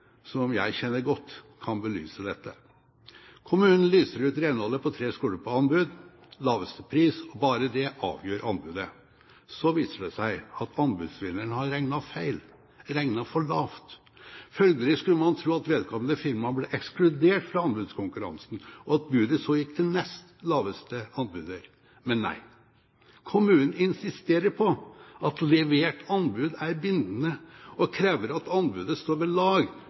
som jeg kjenner godt, kan belyse dette: Kommunen lyser ut renholdet på tre skoler på anbud. Laveste pris, og bare det avgjør anbudet. Så viser det seg at anbudsvinneren har regnet feil. Man har regnet for lavt. Følgelig skulle man tro at vedkommende firma ble ekskludert fra anbudskonkurransen, og at budet så gikk til nest laveste anbyder. Men, nei. Kommunen insisterer på at levert anbud er bindende, og krever at anbudet står ved lag